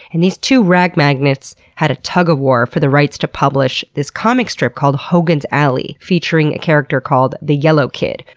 and these two rag-magnates had a tug of war for the rights to publish a comic strip called hogan's alley, featuring a character called the yellow kid,